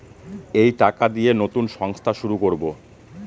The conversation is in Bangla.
এই টাকা দিয়ে নতুন সংস্থা শুরু করবো